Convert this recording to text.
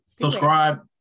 Subscribe